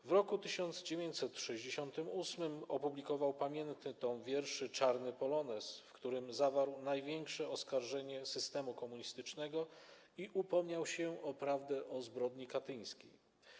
W roku 1968 opublikował pamiętny tom wierszy „Czarny polonez”, w którym zawarł ciężkie oskarżenie systemu komunistycznego i upomniał się o prawdę o zbrodni katyńskiej.